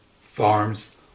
farms